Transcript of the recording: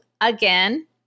again